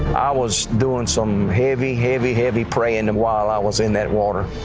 was doing some heavy, heavy, heavy praying and while i was in that water.